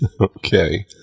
Okay